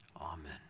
Amen